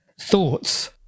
thoughts